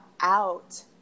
out